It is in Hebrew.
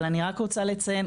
אבל אני רק רוצה לציין,